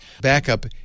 Backup